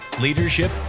leadership